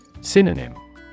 Synonym